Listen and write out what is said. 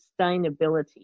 sustainability